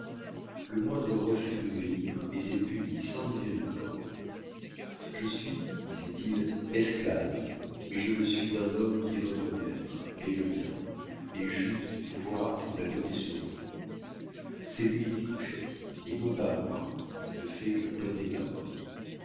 le moindre refus d'obéir étoit puni sans miséricorde je suis disoit-il esclave mais je le suis d'un homme qui est votre maître et le mien et j'use du pouvoir qu'il m'a donné sur vous c'est lui qui vous châtie et non pas moi qui ne fais que prêter ma main